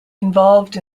involved